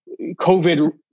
COVID